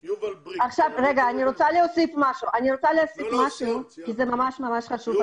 אני רוצה להוסיף משהו מאוד חשוב.